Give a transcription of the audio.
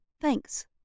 thanks